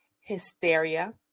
hysteria